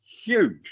huge